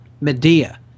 Medea